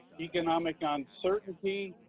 economic ah uncertainty,